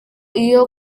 iyo